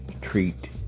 treat